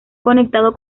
conectado